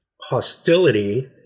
hostility